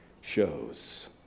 shows